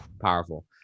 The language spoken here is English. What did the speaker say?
powerful